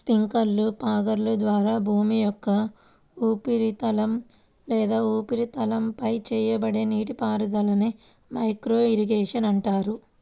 స్ప్రింక్లర్లు, ఫాగర్ల ద్వారా భూమి యొక్క ఉపరితలం లేదా ఉపరితలంపై చేయబడే నీటిపారుదలనే మైక్రో ఇరిగేషన్ అంటారు